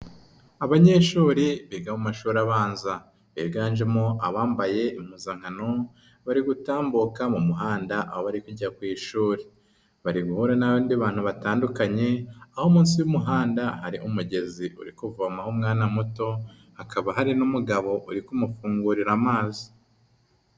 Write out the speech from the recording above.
Abanyeshuri biga mu mashuri abanza, biganjemo abambaye impuzankano, bari gutambuka mu muhanda aho bari kujya ku ishuri, bari guhura n'abandi bantu batandukanye, aho munsi y'umuhanda hari umugezi uri kuvomaho umwana muto, hakaba hari n'umugabo uri kumufungurira amazi.